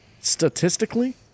Statistically